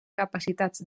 capacitats